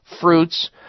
fruits